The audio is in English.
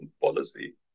policy